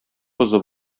кызы